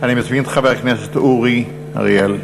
חבר הכנסת אורי אריאל.